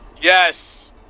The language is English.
Yes